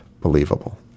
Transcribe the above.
believable